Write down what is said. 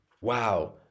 wow